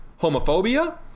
homophobia